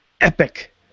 epic